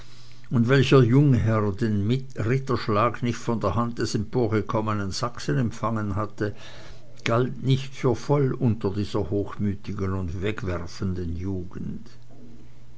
und welcher jungherr den ritterschlag nicht von der hand des emporgekommenen sachsen empfangen hatte galt nicht für voll unter dieser hochmütigen und wegwerfenden jugend